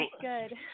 good